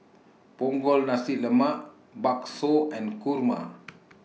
Punggol Nasi Lemak Bakso and Kurma